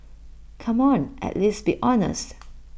come on at least be honest